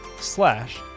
slash